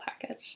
package